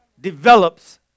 Develops